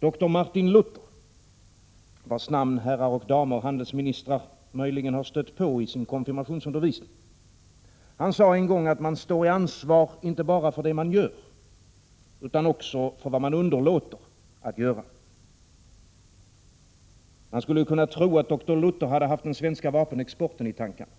Dr Martin Luther — vars namn herrar och damer handelsministrar möjligen har stött på i konfirmationsundervisningen — sade en gång, att man står i ansvar inte bara för vad man gör, utan för vad man underlåter att göra. Det verkar nästan som om dr Luther hade haft den svenska vapenexporten i tankarna.